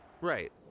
Right